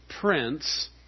prince